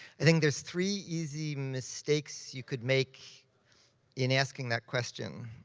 i think there's three easy mistakes you could make in asking that question.